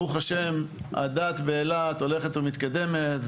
ברוך השם, הדת באילת הולכת ומתקדמת.